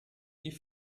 die